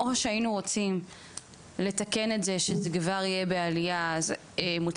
או שהיינו רוצים לתקן את זה שזה כבר יהיה בעלייה מתמדת,